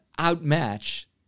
outmatch